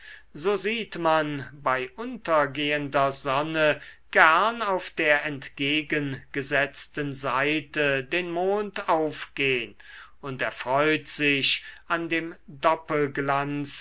so sieht man bei untergehender sonne gern auf der entgegengesetzten seite den mond aufgehn und erfreut sich an dem